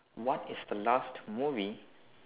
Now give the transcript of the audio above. what is the last movie